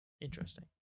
interesting